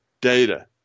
data